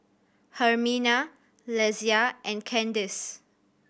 Hermina Lesia and Candace